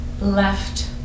left